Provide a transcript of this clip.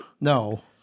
No